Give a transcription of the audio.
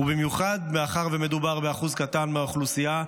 ובמיוחד מאחר שמדובר באחוז קטן מהאוכלוסייה,